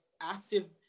active